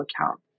account